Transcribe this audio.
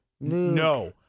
no